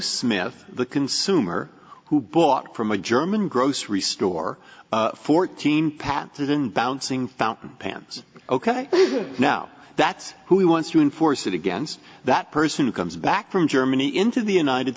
smith the consumer who bought from a german grocery store fourteen pattison bouncing fountain pans ok now that's who he wants to enforce it against that person who comes back from germany into the united